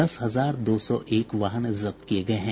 दस हजार दो सौ एक वाहन जब्त किये गये हैं